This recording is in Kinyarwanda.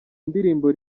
ndirimbo